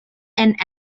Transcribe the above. and